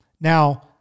Now